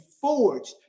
forged